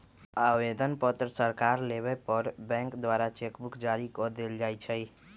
आवेदन पत्र सकार लेबय पर बैंक द्वारा चेक बुक जारी कऽ देल जाइ छइ